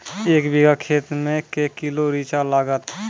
एक बीघा खेत मे के किलो रिचा लागत?